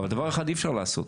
אבל דבר אחד אי אפשר לעשות.